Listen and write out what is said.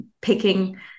picking